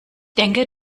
denke